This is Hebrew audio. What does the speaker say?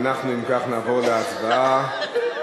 אם כך, נעבור להצבעה.